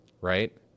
right